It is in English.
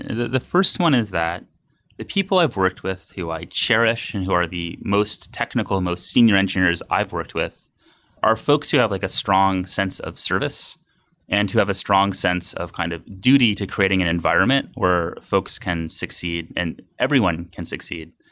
the the first one is that the people i've worked with who i cherish and who are the most technical, most senior engineers i've worked with are folks who have like a strong sense of service and to have a strong sense of kind of duty to creating an environment where folks can succeed and everyone can succeed.